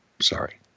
Sorry